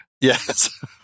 Yes